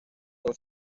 son